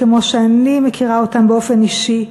כמו שאני מכירה אותם באופן אישי.